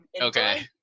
okay